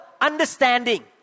understanding